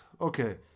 okay